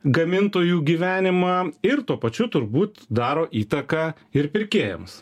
gamintojų gyvenimą ir tuo pačiu turbūt daro įtaką ir pirkėjams